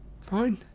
Fine